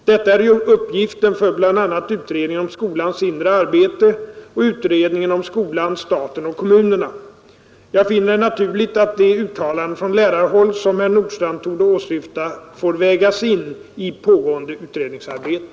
Detta är uppgiften för bl.a. utredningen om skolans inre arbete och utredningen om skolan, staten och kommunerna. Jag finner det naturligt att de uttalanden från lärarhåll som herr Nordstrandh torde åsyfta får vägas in i pågående utredningsarbete.